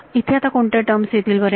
इथे आता कोणत्या टर्म येतील बरे